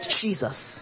Jesus